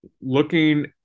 Looking